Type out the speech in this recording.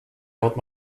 out